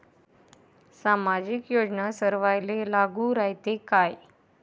सामाजिक योजना सर्वाईले लागू रायते काय?